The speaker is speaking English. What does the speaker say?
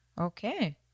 Okay